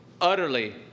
utterly